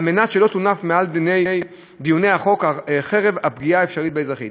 כדי שלא תונף מעל דיוני החוק חרב הפגיעה האפשרית באזרחים.